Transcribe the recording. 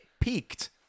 peaked